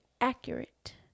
accurate